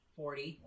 forty